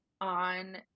on